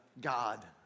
God